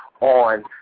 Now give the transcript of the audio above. on